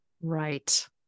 right